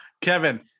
Kevin